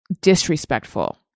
disrespectful